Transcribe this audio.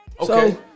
Okay